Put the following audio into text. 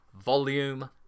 Volume